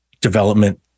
development